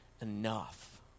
enough